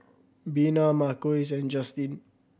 Bina Marquise and Justine